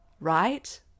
right